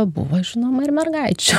buvo žinoma ir mergaičių